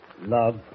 Love